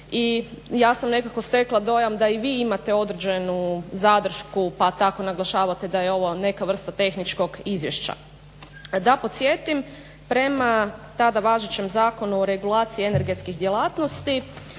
ja sam nekako stekla dojam da i vi imate određenu zadršku, pa tako naglašavate da je ovo neka vrsta tehničkog izvješća. Da podsjetim, prema tada važećem Zakonu o regulaciji energetskih djelatnosti